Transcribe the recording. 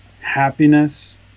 happiness